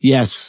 Yes